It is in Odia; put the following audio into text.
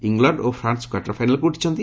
ଇଲଣ୍ଡ ଓ ଫ୍ରାନ୍ସ କ୍ୱାର୍ଟର ଫାଇନାଲ୍କୁ ଉଠିଛନ୍ତି